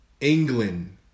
England